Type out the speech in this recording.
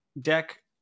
deck